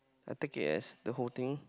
I take it as the whole things